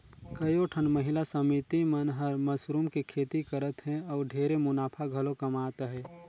कयोठन महिला समिति मन हर मसरूम के खेती करत हें अउ ढेरे मुनाफा घलो कमात अहे